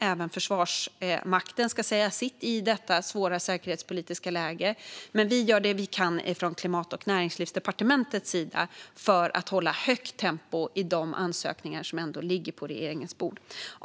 Även Försvarsmakten ska säga sitt i detta svåra säkerhetspolitiska läge. Men vi gör det vi kan från Klimat och näringslivsdepartementets sida för att hålla ett högt tempo i fråga om de ansökningar som ändå ligger på regeringens bord.